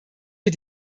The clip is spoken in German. wir